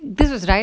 this is right